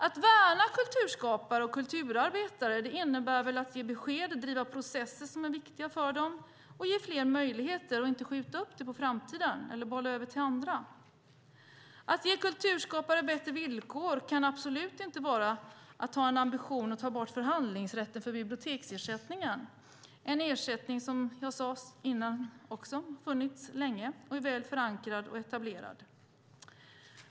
Att värna kulturskapare och kulturarbetare innebär att ge besked, driva processer som är viktiga för dem, ge fler möjligheter och inte skjuta upp dem på framtiden eller bolla över dem till andra. Att ge kulturskapare bättre villkor kan absolut inte vara att ha en ambition att ta bort förhandlingsrätten för biblioteksersättningen. Det är en ersättning som har funnits länge, som jag sade tidigare, och är väl förankrad och etablerad.